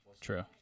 True